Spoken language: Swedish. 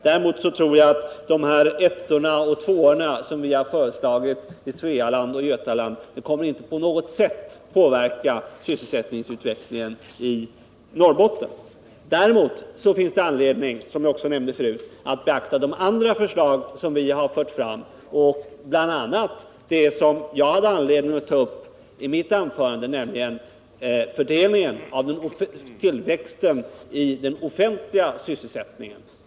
De ettor och tvåor som vi har föreslagit i Svealand och Götaland kommer inte på något sätt att påverka sysselsättningsutvecklingen i Norrbotten. Däremot finns det anledning att beakta de andra förslag som vi har fört fram, bl.a. det som jag tog upp i mitt huvudanförande, nämligen fördelningen av tillväxten i den offentliga sysselsättningen.